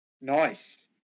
nice